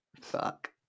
Fuck